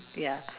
ya